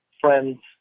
friends